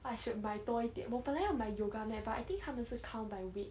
I should 买多一点我本来要买 yoga mat but I think 他们是 count by weight